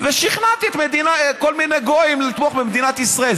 הוא אומר: נסעתי בעולם ושכנעתי כל מיני גויים לתמוך במדינת ישראל.